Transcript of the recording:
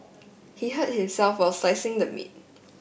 he hurt himself while slicing the meat